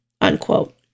unquote